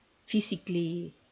physically